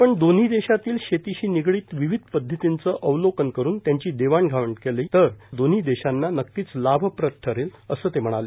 आपण दोन्ही देशातील शेतीशी निगडित विविध पद्धतींचे अवलोकन करून त्यांची देवाणघेवाण केली तर त्याचा दोन्ही देशांना नक्कीच लाभप्रद ठरेल असं ते म्हणाले